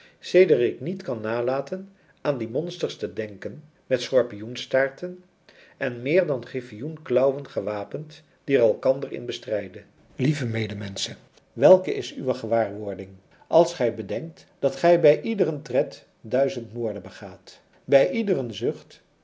sedert ik niet kan nalaten aan die monsters te denken met schorpioen staarten en meer dan griffioen klauwen gewapend die er elkander in bestrijden lieve medemenschen welke is uwe gewaarwording als gij bedenkt dat gij bij iederen tred duizend moorden begaat bij iederen zucht